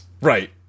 Right